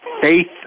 faith